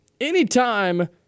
Anytime